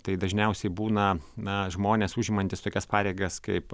tai dažniausiai būna na žmonės užimantys tokias pareigas kaip